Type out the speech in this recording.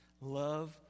love